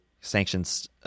sanctions